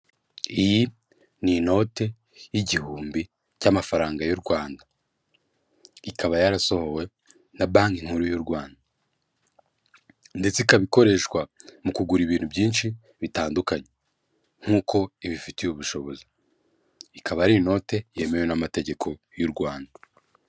Iyi ni inote y'igihumbi cy'amafaranga y'u Rwanda, ikaba yarasohowe na banki nkuru y'u Rwanda ndetse ikaba ikoreshwa mu kugura ibintu byinshi bitandukanye nk'uko ibifitiye ubushobozi, ikaba ari inote yemewe n'amategeko y'u Rwanda.